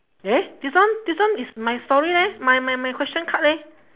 eh this one this one is my story leh my my my question card leh